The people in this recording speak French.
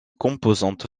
composante